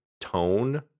tone